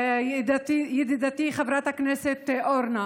ידידתי חברת הכנסת אורנה,